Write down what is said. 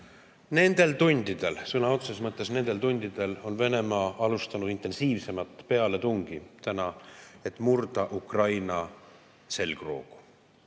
Nendel tundidel, sõna otseses mõttes nendel tundidel on Venemaa alustanud intensiivsemat pealetungi, et murda Ukraina selgroog.